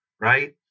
right